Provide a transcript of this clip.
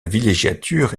villégiature